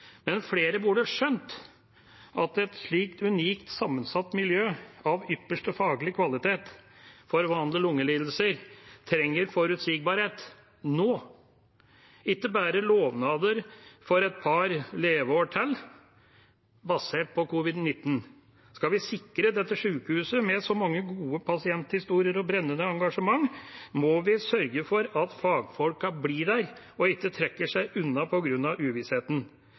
men det flere burde ha skjønt, er at et slikt unikt sammensatt miljø av ypperste faglige kvalitet for vanlige lungelidelser trenger forutsigbarhet nå, ikke bare lovnader for et par leveår til, basert på covid-19. Skal vi sikre dette sykehuset med så mange gode pasienthistorier og et brennende engasjement, må vi sørge for at fagfolkene blir der og ikke trekker seg unna